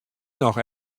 noch